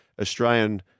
Australian